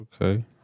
Okay